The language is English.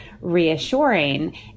Reassuring